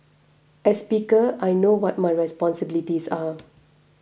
as speaker I know what my responsibilities are